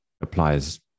applies